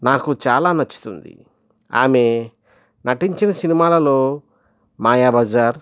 నాకు చాలా నచ్చుతుంది ఆమె నటించిన సినిమాలలో మాయాబజార్